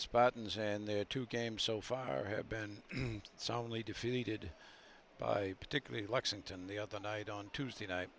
spot in this and there are two games so far have been soundly defeated by particularly lexington the other night on tuesday night